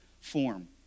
form